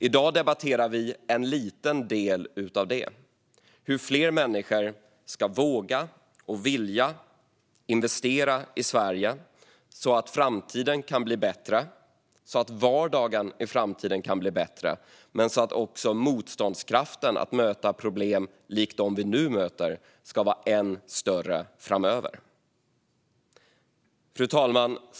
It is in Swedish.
I dag debatterar vi en liten del av detta, nämligen hur fler människor ska våga och vilja investera i Sverige så att vardagen i framtiden kan bli bättre och motståndskraften att möta problem likt dem vi nu möter ska vara ännu större framöver. Fru talman!